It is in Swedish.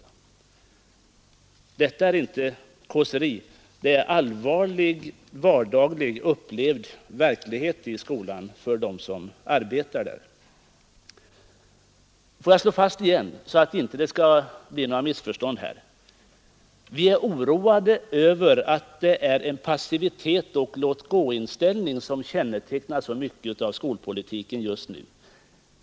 Vad jag här sagt är inte något kåseri, utan det är allvarlig, vardaglig, upplevd verklighet i skolan för dem som arbetar där. Låt mig åter slå fast, så att det inte blir något missförstånd, att vi är oroade över den passivitet och låtgåinställning som kännetecknar så mycket av skolpolitiken just nu.